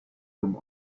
from